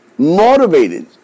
motivated